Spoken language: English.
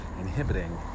inhibiting